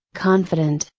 confident,